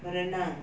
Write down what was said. berenang